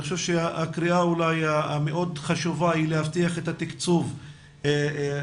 אני חושב שהקריאה אולי המאוד חשובה היא להבטיח את התקצוב כדי